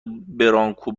برانکو